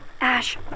Ash